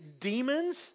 demons